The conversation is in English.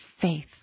faith